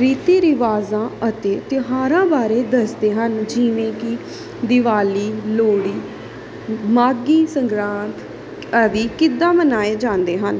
ਰੀਤੀ ਰਿਵਾਜ਼ਾਂ ਅਤੇ ਤਿਉਹਾਰਾਂ ਬਾਰੇ ਦੱਸਦੇ ਹਨ ਜਿਵੇਂ ਕਿ ਦੀਵਾਲੀ ਲੋਹੜੀ ਮਾਘੀ ਸੰਗਰਾਂਦ ਆਦਿ ਕਿੱਦਾਂ ਮਨਾਏ ਜਾਂਦੇ ਹਨ